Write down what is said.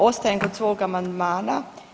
Ostajem kod svog amandmana.